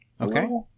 Okay